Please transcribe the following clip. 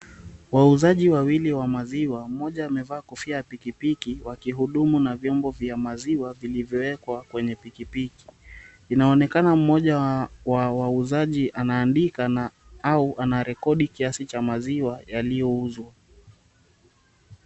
Wauzaji wawili wa maziwa, mmoja amevaa kofia ya pikipiki wakihudumu na vyombo vya maziwa vilivyoekwa kwenye pikipiki. Inaoenakana mmoja wa wauzaji anaandika au anarekodi kiasi cha maziwa yaliyouzwa.